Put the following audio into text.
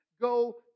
go